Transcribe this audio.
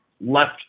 left